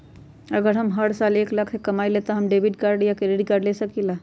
अगर हम हर साल एक लाख से कम कमावईले त का हम डेबिट कार्ड या क्रेडिट कार्ड ले सकीला?